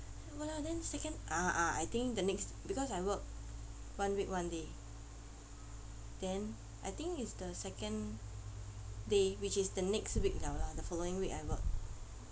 !walao! then second ah ah I think the next because I work one week one day then I think it's the second day which is the next week liao lah the following week I work